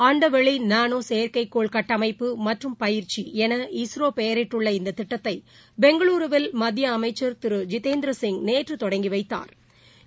அண்டவெளி நானோ செயற்கைக்கோள் கட்டமைப்பு மற்றும் பயிற்சி என இஸ்ரோ பெயரிட்டுள்ள இந்த திட்டத்தை பெங்களூருவில் மத்திய அமைச்சள் திரு ஜிதேந்திர நேற்று தொடங்கி வைத்தாா்